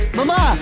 Mama